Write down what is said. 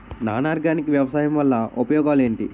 Non organic వ్యవసాయం వల్ల ఉపయోగాలు ఏంటీ?